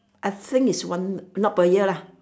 I think is one not per year lah